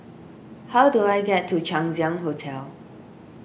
how do I get to Chang Ziang Hotel